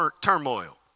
turmoil